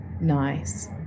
nice